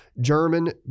german